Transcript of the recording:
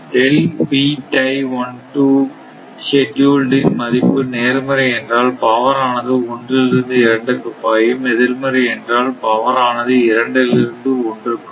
இன் மதிப்பு நேர்மறை என்றால் பவர் ஆனது ஒன்றிலிருந்து இரண்டுக்கு பாயும் எதிர்மறை என்றால் பவர் ஆனது இரண்டிலிருந்து ஒன்றுக்கு பாயும்